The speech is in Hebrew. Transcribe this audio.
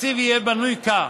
התקציב יהיה בנוי כך,